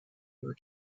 your